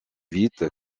vite